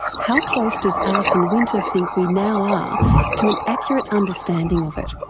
how close does alison winter think we now are to an accurate understanding of it?